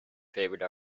favorite